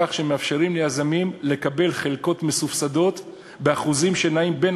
כך שהם מאפשרים ליזמים לקבל חלקות מסובסדות באחוזים שנעים בין